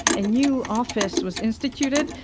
a new office was instituted,